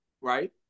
Right